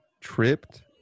tripped